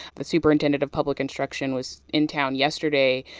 the superintendent of public instruction was in town yesterday,